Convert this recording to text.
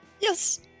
yes